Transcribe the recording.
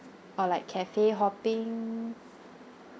or like cafe hopping